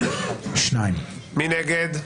מי נגד?